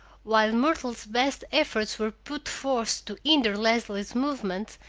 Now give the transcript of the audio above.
while myrtle's best efforts were put forth to hinder leslie's movements,